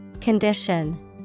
Condition